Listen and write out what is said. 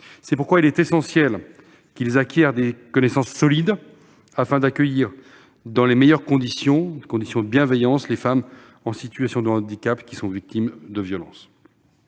C'est pourquoi il est essentiel qu'ils acquièrent les connaissances solides afin d'accueillir dans de meilleures conditions et avec bienveillance les femmes en situation de handicap victimes de violences